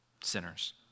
Sinners